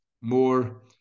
more